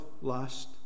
last